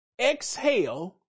exhale